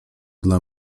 dla